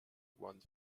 want